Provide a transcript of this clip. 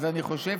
אז אני חושב